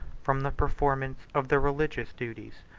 from the performance of the religious duties,